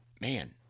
man